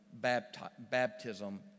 baptism